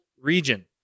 region